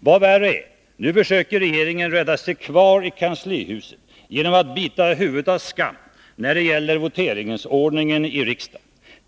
Vad värre är, nu försöker regeringen rädda sig kvar i kanslihuset genom att bita huvudet av skammen när det gäller voteringsordningen i riksdagen.